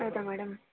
ಹೌದ ಮೇಡಮ್